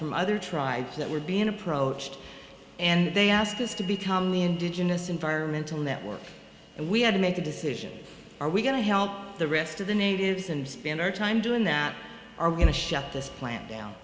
from other tribes that were being approached and they asked us to become the indigenous environmental network and we had to make a decision are we going to help the rest of the natives and spend our time doing that are going to shut this plant down